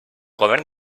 govern